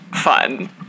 fun